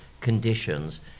conditions